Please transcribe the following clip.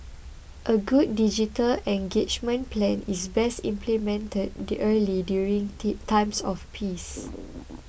a good digital engagement plan is best implemented early during tea times of peace